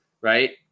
right